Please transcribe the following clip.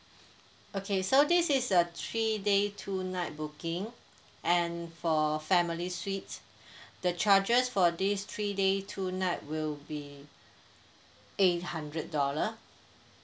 okay so this is a three day two night booking and for family suite the charges for this three day two night will be eight hundred dollar